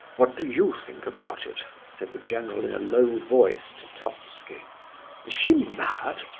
what do you think about it? said the general in a low voice to totski. is she mad?